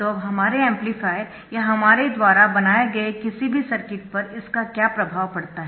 तो अब हमारे एम्पलीफायर या हमारे द्वारा बनाए गए किसी भी सर्किट पर इसका क्या प्रभाव पड़ता है